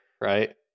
right